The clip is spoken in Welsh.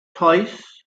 toes